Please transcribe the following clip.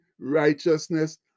righteousness